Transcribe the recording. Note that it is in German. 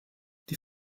die